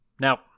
Now